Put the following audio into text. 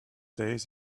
days